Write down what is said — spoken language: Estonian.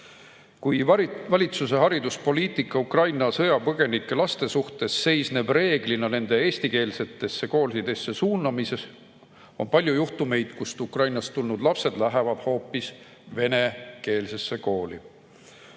Kuigi valitsuse hariduspoliitika Ukraina sõjapõgenike laste suhtes seisneb reeglina nende suunamises eestikeelsetesse koolidesse, on palju juhtumeid, kus Ukrainast tulnud lapsed lähevad hoopis venekeelsesse kooli.